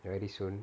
very soon